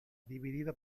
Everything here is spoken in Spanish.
dividida